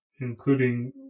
including